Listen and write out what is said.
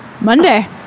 Monday